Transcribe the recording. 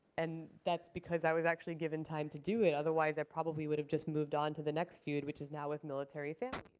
and that's because i was actually given time to do it. otherwise, i probably would have just moved on to the next feud, which is now with military families.